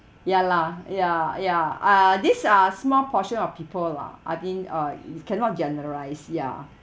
ya lah ya ya uh these are small portion of people lah I think uh it cannot generalise yeah